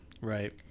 Right